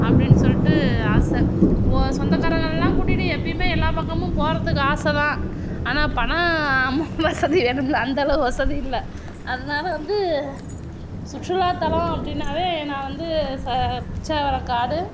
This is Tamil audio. அப்படின்னு சொல்லிட்டு ஆசை ஓ சொந்தக்காரங்கள்லாம் கூட்டிகிட்டு எப்பயுமே எல்லா பக்கமும் போகிறத்துக்கு ஆசைதான் ஆனால் பணம் அமௌண்ட் வசதி வேணுமில்ல அந்தளவு வசதி இல்லை அதனால வந்து சுற்றுலா தலம் அப்படினாவே நான் வந்து பிச்சாவரம் காடு